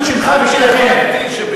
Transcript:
ולא בגלל הנחמדות שלכם.